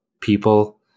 people